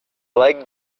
like